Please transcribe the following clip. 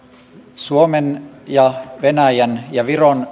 suomen ja venäjän ja viron